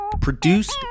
Produced